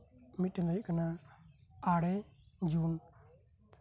ᱟᱨ ᱢᱤᱫ ᱴᱮᱱ ᱦᱳᱭᱳᱜ ᱠᱟᱱᱟ ᱟᱨᱮ ᱡᱩᱱ